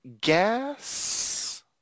gas